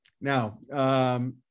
Now